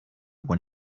when